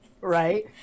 Right